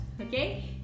okay